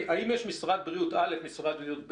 האם יש משרד בריאות א', משרד בריאות ב'?